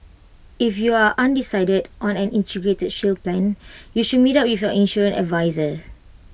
if you are undecided on an integrated shield plan you should meet up with your insurance adviser